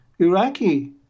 Iraqi